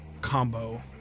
combo